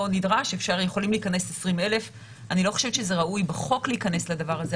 נדרש ויכולים להיכנס 20,000. אני חושבת שראוי להיכנס לזה בחוק.